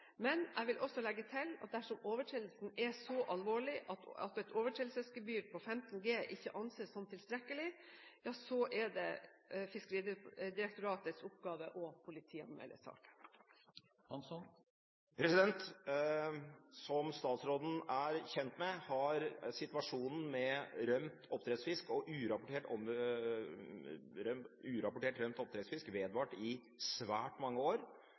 Men jeg vil også legge til at dersom overtredelsen er så alvorlig at et overtredelsesgebyr på 15 G ikke anses som tilstrekkelig, er det Fiskeridirektoratets oppgave å politianmelde saken. Som statsråden er kjent med, har situasjonen med rømt oppdrettsfisk og urapportert rømt oppdrettsfisk vedvart i svært mange år,